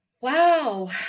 wow